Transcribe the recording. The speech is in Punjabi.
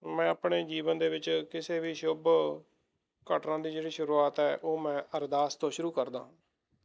ਮੈਂ ਆਪਣੇ ਜੀਵਨ ਦੇ ਵਿੱਚ ਕਿਸੇ ਵੀ ਸ਼ੁੱਭ ਘਟਨਾ ਦੀ ਜਿਹੜੀ ਸ਼ੁਰੂਆਤ ਹੈ ਉਹ ਮੈਂ ਅਰਦਾਸ ਤੋਂ ਸ਼ੁਰੂ ਕਰਦਾਂ